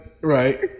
right